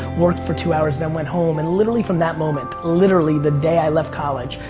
worked for two hours, then went home. and literally from that moment, literally the day i left college,